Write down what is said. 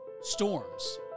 storms